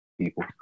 people